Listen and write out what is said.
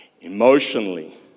emotionally